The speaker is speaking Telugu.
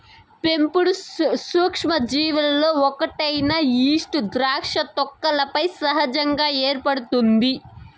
పెంపుడు సూక్ష్మజీవులలో ఒకటైన ఈస్ట్ ద్రాక్ష తొక్కలపై సహజంగా ఏర్పడుతుంది